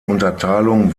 unterteilung